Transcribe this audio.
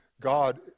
God